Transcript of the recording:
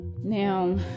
now